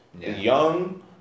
Young